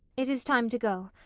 it is time to go.